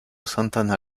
santana